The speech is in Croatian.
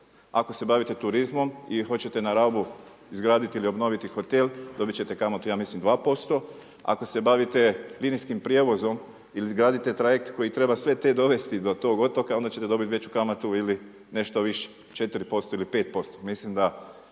Ako se bavite turizmom i hoćete na Rabu izgraditi ili obnoviti hotel dobit ćete kamatu ja mislim 2%, ako se bavite linijskim prijevozom ili izgradite trajekt koji treba sve te dovesti do tog otoka onda ćete dobiti veću kamatu ili nešto više 4% ili 5%.